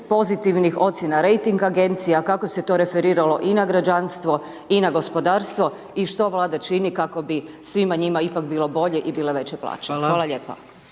pozitivnih ocjena rejting agencija kako se to referiralo i na građanstvo i na gospodarstvo i što Vlada čini kako bi svima njima ipak bilo bolje i bile veće plaće. Hvala lijepa.